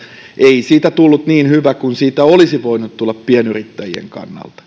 ei siitä tullut niin hyvä kuin siitä olisi voinut tulla pienyrittäjien kannalta